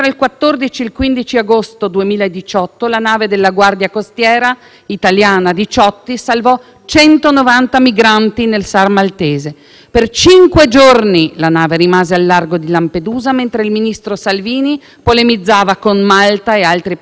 190 migranti nella SAR maltese. Per cinque giorni la nave rimase al largo di Lampedusa, mentre il ministro Salvini polemizzava con Malta e altri Paesi europei circa la distribuzione dei naufraghi e minacciava un respingimento verso la Libia.